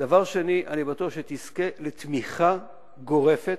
דבר שני, אני בטוח שתזכה לתמיכה גורפת.